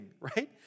right